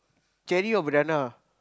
cherry or banana